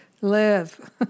live